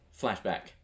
flashback